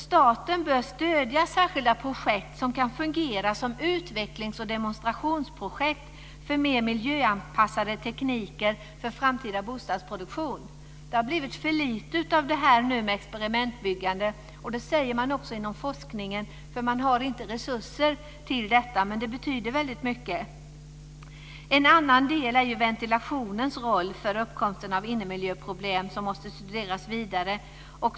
Staten bör stödja särskilda projekt som kan fungera som utvecklings och demonstrationsprojekt för mer miljöanpassade tekniker för framtida bostadsproduktion. Det har blivit för lite experimentbyggande. Det säger man också inom forskningen. Man har inte resurser till detta. Men det betyder väldigt mycket. En annan del som måste studeras vidare är den roll ventilationen spelar för uppkomsten av innemiljöproblem.